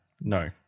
No